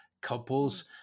couples